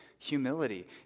Humility